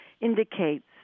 indicates